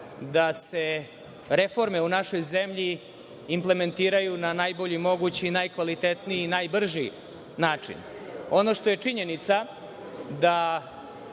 da se reforme u našoj zemlji implementiraju na najbolji mogući, najkvalitetniji i najbrži način. Ono što je činjenica je